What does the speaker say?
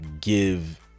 give